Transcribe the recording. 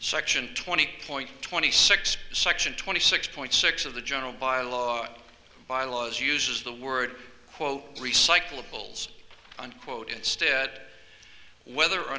section twenty point twenty six section twenty six point six of the general bylaws bylaws uses the word quote recyclables unquote instead whether or